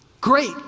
Great